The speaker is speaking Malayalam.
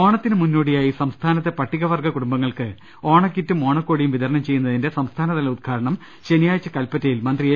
ഓണത്തിനു മുന്നോടിയായി സംസ്ഥാനത്തെ പട്ടിക വർഗ കുടും ബങ്ങൾക്ക് ഓണക്കിറ്റും ഓണക്കോടിയും വിതരണം ചെയ്യുന്നതിന്റെ സംസ്ഥാനതല ഉദ്ഘാടനം ശനിയാഴ്ച്ച കൽപ്പറ്റയിൽ മന്ത്രി എ